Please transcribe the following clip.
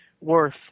Worth